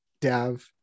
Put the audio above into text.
Dav